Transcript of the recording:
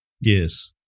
Yes